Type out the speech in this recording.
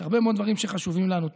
יש הרבה מאוד דברים שחשובים לנו.